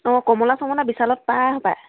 অঁ কমলা চমলা বিশালত পায় হপায়